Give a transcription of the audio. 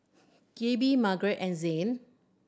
Gabe Margarete and Zhane